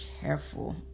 careful